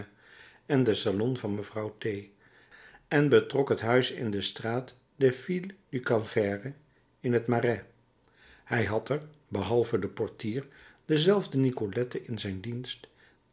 en den salon van mevrouw t en betrok het huis in de straat des filles du calvaire in het marais hij had er behalve den portier dezelfde nicolette in zijn dienst